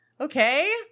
okay